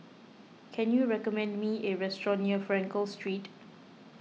can you recommend me a restaurant near Frankel Street